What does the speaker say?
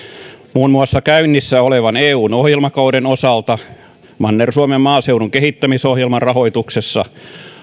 muun muassa käynnissä olevan eun ohjelmakauden osalta manner suomen maaseudun kehittämisohjelman rahoituksessa